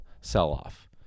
sell-off